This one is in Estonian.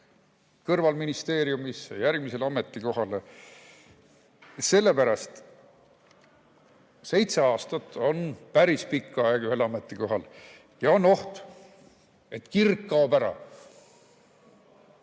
kõrvalministeeriumisse järgmisele ametikohale. Sellepärast seitse aastat on päris pikk aeg ühel ametikohal. On oht, et kirg kaob ära.